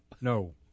No